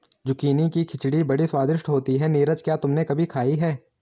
Zucchini की खिचड़ी बड़ी स्वादिष्ट होती है नीरज क्या तुमने कभी खाई है?